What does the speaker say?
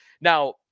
Now